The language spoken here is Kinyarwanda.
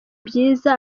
byiza